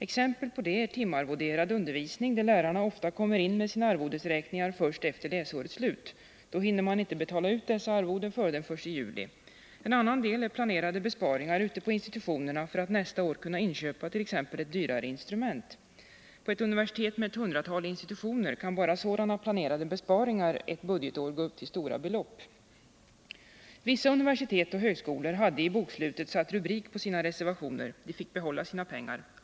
Exempel på det är timarvoderad undervisning, där lärarna ofta kommer in med sina arvodesräkningar först efter läsårets slut. Då hinner man inte betala ut dessa arvoden före den 1 juli. En annan del är planerade besparingar ute på institutionerna för att nästa år kunna inköpa ett dyrare instrument. På ett universitet med ett hundratal institutioner kan bara sådana planerade besparingar ett budgetår gå upp till stora belopp. Vissa universitet och högskolor hade i bokslutet satt rubrik på sina reservationer. De fick behålla sina pengar.